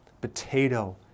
potato